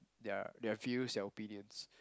their their views their opinions